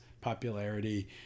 popularity